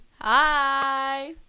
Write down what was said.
Hi